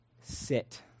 Sit